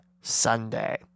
Sunday